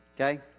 Okay